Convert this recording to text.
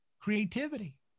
Creativity